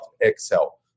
Excel